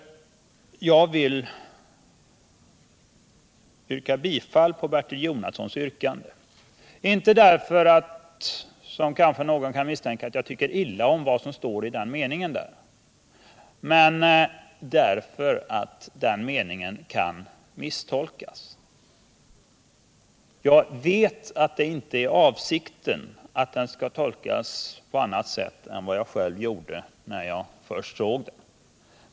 Jag vill yrka bifall till Bertil Jonassons förslag. Inte därför — som kanske någon kan misstänka — att jag tycker illa om vad som står i den meningen, utan därför att den kan misstolkas. Jag vet att det inte är avsikten att den skall tolkas på annat sätt än jag själv gjorde när jag först läste den.